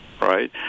right